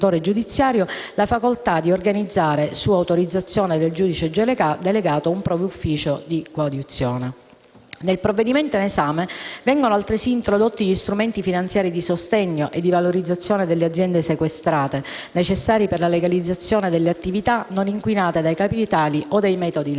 la facoltà di organizzare, su autorizzazione del giudice delegato, un proprio ufficio di coadiuzione. Nel provvedimento in esame vengono altresì introdotti gli strumenti finanziari di sostegno e valorizzazione delle aziende sequestrate necessari per la legalizzazione delle attività non inquinate dai capitali o dai metodi illeciti.